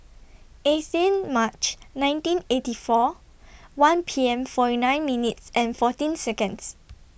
eighteen March nineteen eighty four one P M forty nine minutes and fourteen Seconds